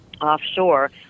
offshore